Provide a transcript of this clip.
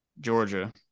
Georgia